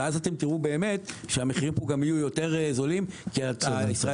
ואז אתם תראו באמת שהמחירים פה גם יהיו יותר זולים כי הישראלים